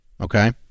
Okay